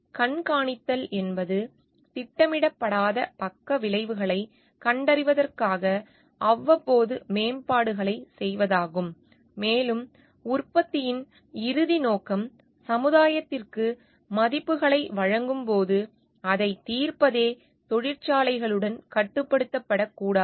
கண்காணித்தல் என்பது திட்டமிடப்படாத பக்கவிளைவுகளை கண்டறிவதற்காக அவ்வப்போது மேம்பாடுகளைச் செய்வதாகும் மேலும் உற்பத்தியின் இறுதி நோக்கம் சமுதாயத்திற்கு மதிப்புகளை வழங்கும்போது அதைத் தீர்ப்பதே தொழிற்சாலைகளுடன் கட்டுப்படுத்தப்படக்கூடாது